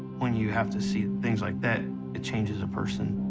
when you have to see things like that, it changes a person.